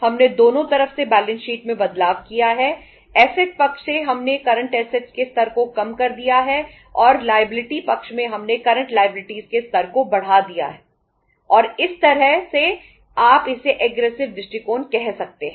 हमने दोनों तरफ से बैलेंस शीट दृष्टिकोण कह सकते हैं